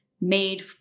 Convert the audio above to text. made